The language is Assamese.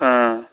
ও